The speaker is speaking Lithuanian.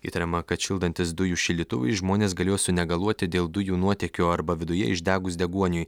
įtariama kad šildantys dujų šildytuvui žmonės galėjo sunegaluoti dėl dujų nuotėkio arba viduje išdegus deguoniui